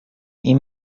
این